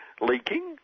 Leaking